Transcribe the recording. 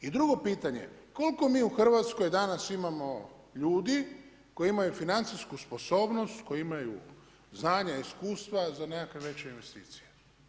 I drugo pitanje, koliko mi u RH danas imamo ljudi koji imaju financijsku sposobnost, koji imaju znanja i iskustva za nekakve već investicije?